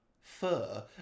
fur